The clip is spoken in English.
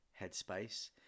headspace